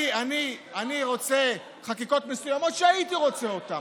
אני רוצה חקיקות מסוימות, הייתי רוצה אותן,